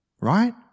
Right